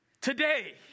today